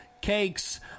cakes